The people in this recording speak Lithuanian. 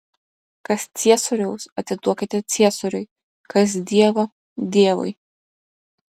kas ciesoriaus atiduokite ciesoriui kas dievo dievui